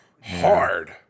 hard